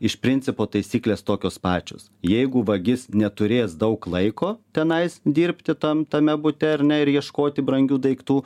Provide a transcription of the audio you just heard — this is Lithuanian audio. iš principo taisyklės tokios pačios jeigu vagis neturės daug laiko tenai dirbti tam tame bute ar ne ir ieškoti brangių daiktų